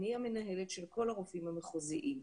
אני המנהלת של כול הרופאים המחוזיים.